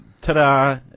ta-da